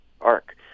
ARC